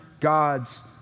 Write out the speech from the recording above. God's